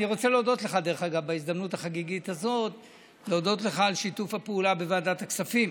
רוצה להודות לך בהזדמנות החגיגית הזאת על שיתוף הפעולה בוועדת הכספים,